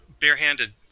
barehanded